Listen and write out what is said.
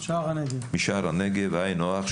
משער הנגב היינו הך,